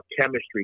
chemistry